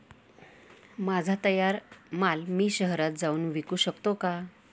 माझा तयार माल मी शहरात जाऊन विकू शकतो का?